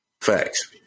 Facts